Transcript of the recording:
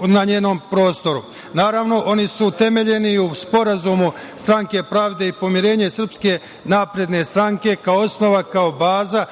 na njenom prostoru. Naravno, oni su utemeljeni u Sporazumu Stranke pravde i pomirenja i SNS, kao osnova, kao baza